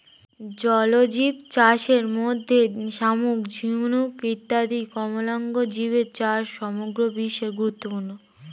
জলজীবচাষের মধ্যে শামুক, ঝিনুক ইত্যাদি কোমলাঙ্গ জীবের চাষ সমগ্র বিশ্বে গুরুত্বপূর্ণ